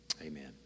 Amen